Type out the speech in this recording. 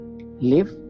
Live